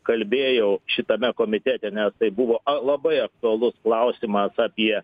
kalbėjau šitame komitete nes tai buvo a labai aktualus klausimas apie